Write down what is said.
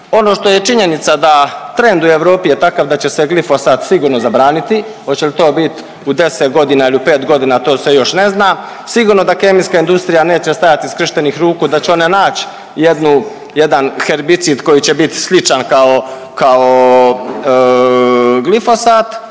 Ono što je činjenica da trend u Europi je takav da će se glifosat sigurno zabraniti, hoće li to biti u 10 godina ili u 5 godina, to se još ne zna. Sigurno da kemijska industrija neće stajati skrštenih ruku, da će ona naći jednu, jedan herbicid koji će biti sličan kao glifosat,